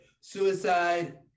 suicide